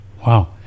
Wow